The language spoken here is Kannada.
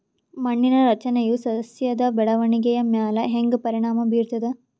ಮಣ್ಣಿನ ರಚನೆಯು ಸಸ್ಯದ ಬೆಳವಣಿಗೆಯ ಮ್ಯಾಲ ಹ್ಯಾಂಗ ಪರಿಣಾಮ ಬೀರ್ತದ?